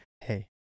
hey